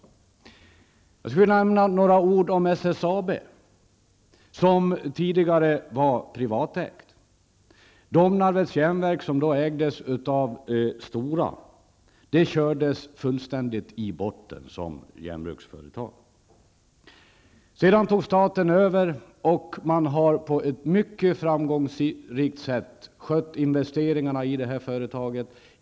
Jag skulle vilja säga några ord om SSAB, som tidigare varit privatägt. Domnarvets Jernverk, som då ägdes av Stora, kördes fullständigt i botten som järnbruksföretag. Sedan tog staten över, och man har på ett mycket framgångsrikt sätt skött investeringarna i detta företag.